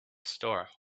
store